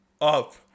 up